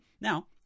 now